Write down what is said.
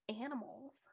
animals